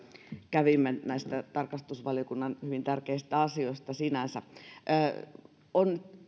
kävimme näistä tarkastusvaliokunnan sinänsä hyvin tärkeistä asioista on